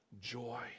joy